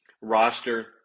roster